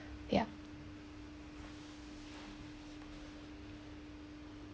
ya